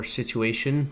situation